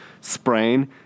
sprain